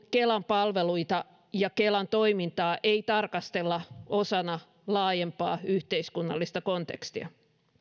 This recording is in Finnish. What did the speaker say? kelan palveluita ja kelan toimintaa ei tarkastella osana laajempaa yhteiskunnallista kontekstia